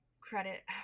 credit